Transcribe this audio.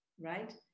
Right